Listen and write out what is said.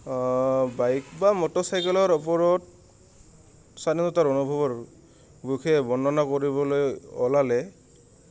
bike বা মটৰচাইকেলৰ ওপৰত স্বাধীনতাৰ অনুভৱৰ বিশেষ বৰ্ণনা কৰিবলৈ ওলালে